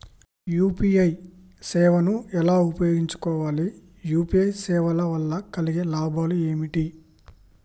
UPI సేవను ఎలా ఉపయోగించు కోవాలి? యూ.పీ.ఐ సేవల వల్ల కలిగే లాభాలు ఏమిటి?